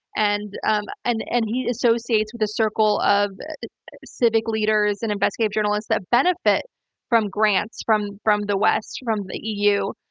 and um and and he associates with a circle of civic leaders and investigative journalists that benefit from grants from from the west, from the eu.